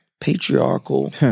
patriarchal